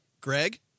Greg